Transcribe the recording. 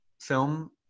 Film